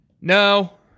No